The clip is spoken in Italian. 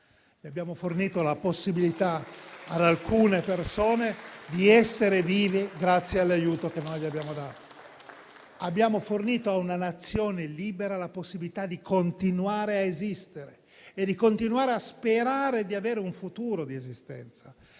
abbiamo fornito la possibilità ad alcune persone di essere vive grazie all'aiuto che noi abbiamo dato loro. Abbiamo fornito a una Nazione libera la possibilità di continuare a esistere e di continuare a sperare di avere un futuro di esistenza.